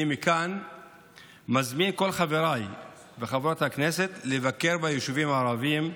אני מכאן מזמין את כל חברי וחברות הכנסת לבקר ביישובים הערביים,